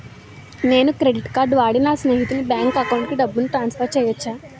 నేను credit card వాడి నా స్నేహితుని బ్యాంక్ అకౌంట్ కి డబ్బును ట్రాన్సఫర్ చేయచ్చా?